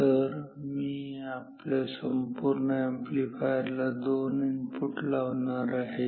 तर मी आपल्या संपूर्ण अॅम्प्लीफायरला दोन इनपुट लावणार आहे